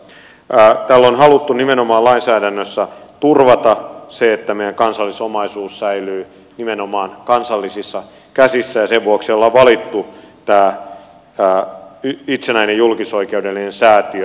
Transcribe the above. tällä on haluttu nimenomaan lainsäädännössä turvata se että meidän kansallisomaisuus säilyy nimenomaan kansallisissa käsissä ja sen vuoksi ollaan valittu tämä itsenäinen julkisoikeudellinen säätiö säätiömuodoksi